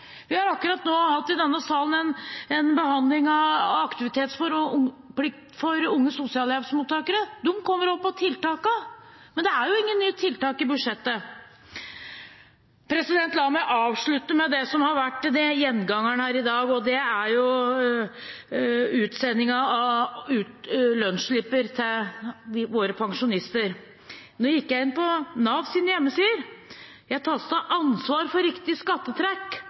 Vi har i denne sal akkurat behandlet aktivitetsplikt for unge sosialhjelpsmottakere. De kommer over på tiltak. Men det er jo ingen tiltak i budsjettet. La meg avslutte med det som har vært gjengangeren her i dag, og det er utsending av lønnsslipper til våre pensjonister. Jeg gikk inn på Navs hjemmesider. Jeg tastet «ansvar for riktig skattetrekk», og der står det: «I Norge er du personlig ansvarlig for